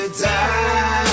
die